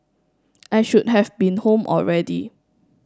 I should have been home already